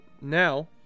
Now